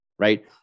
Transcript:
right